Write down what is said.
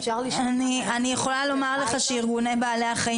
אני יכולה לומר לך שארגוני בעלי החיים